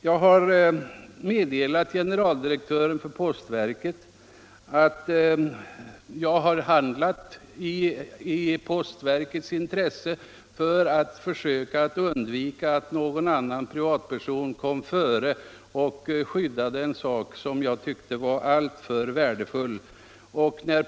Jag har meddelat generaldirektören för postverket att jag har handlat i postverkets intresse för att undvika att någon annan privatperson kom före och skyddade en sak som jag tyckte var alltför värdefull.